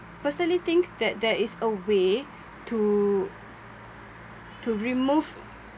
personally think that there is a way to to remove